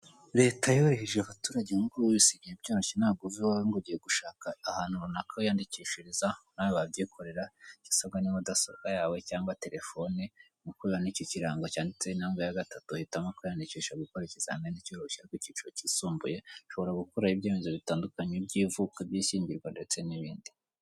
Leta yorohereje abaturage ubungubu bisigaye byoroshye ntabwo uva iwawe ngo ugiye gushaka ahantu runaka wiyandikishiriza, nawe wabyikorera, icyo usabwa ni mudasobwa yawe cyangwa telefone. Nkuko ubibona iki kirango cyanditseho intambwe ya gatatu, uhitamo kwiyandikisha gukora ikizamini cy'uruhushya rw'ikiciro cyisumbuye, ushobora gukuraho ibyemezo bitandukanye by'ivuka, by'ishyingirwa ndetse n'ibindi.